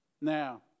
Now